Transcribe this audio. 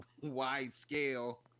wide-scale—